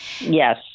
yes